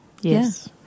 Yes